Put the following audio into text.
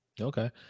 Okay